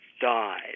died